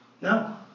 No